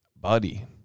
buddy